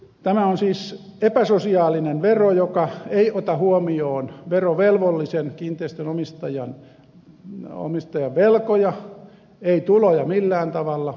tämä on siis epäsosiaalinen vero joka ei ota huomioon verovelvollisen kiinteistön omistajan velkoja eikä tuloja millään tavalla